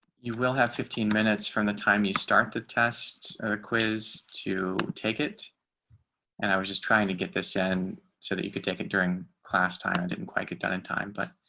you will have fifteen minutes from the time you start the test or quiz to take it and i was just trying to get this in so that you could take it during class time i didn't quite get done in time, but